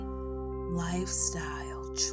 lifestyle